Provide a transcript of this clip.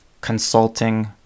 consulting